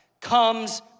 comes